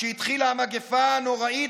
כשהתחילה המגפה הנוראית,